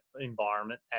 environment